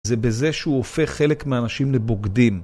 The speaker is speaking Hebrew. זה בזה שהוא הופך חלק מאנשים לבוגדים.